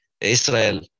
Israel